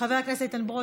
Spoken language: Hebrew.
חבר הכנסת נחמן שי